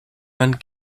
man